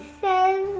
says